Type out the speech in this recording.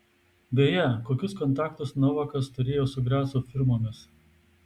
beje kokius kontaktus novakas turėjo su graco firmomis